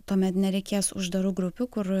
tuomet nereikės uždarų grupių kur